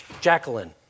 Jacqueline